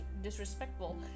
disrespectful